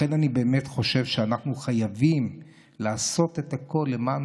לכן אני באמת חושב שאנחנו חייבים לעשות את הכול למען